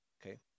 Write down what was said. Okay